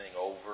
over